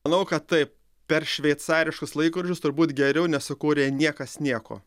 manau kad taip per šveicariškus laikrodžius turbūt geriau nesukūrė niekas nieko